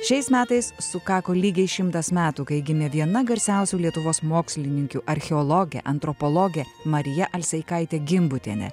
šiais metais sukako lygiai šimtas metų kai gimė viena garsiausių lietuvos mokslininkių archeologė antropologė marija alseikaitė gimbutienė